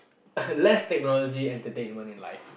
less technology entertainment in life